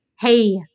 Hey